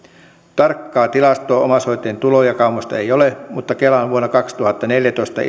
tarkkaa tilastoa omaishoitajien tulojakaumasta ei ole mutta kelan vuonna kaksituhattaneljätoista